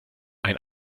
ein